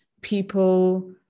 people